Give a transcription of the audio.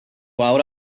out